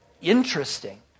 interesting